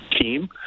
team